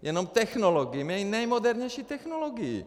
Jenom technologii, nejmodernější technologii.